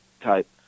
type